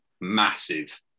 massive